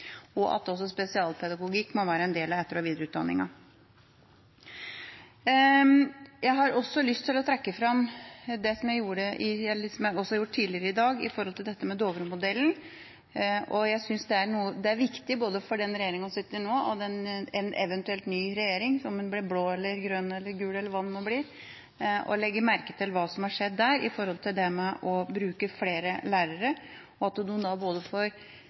Jeg har også lyst til å trekke fram, som jeg gjorde tidligere i dag, Dovre-modellen. Jeg synes det er viktig både for den regjeringa som sitter nå, og en eventuell ny regjering – om den blir blå, grønn, gul eller hva den nå blir – å legge merke til hva som har skjedd der når det gjelder å bruke flere lærere og at de både får